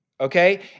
Okay